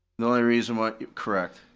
the only reason why, correct.